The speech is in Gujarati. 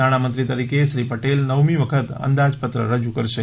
નાણાં મંત્રી તરીકે શ્રી પટેલ નવમી વખત અંદાજપત્ર રજૂ કરશે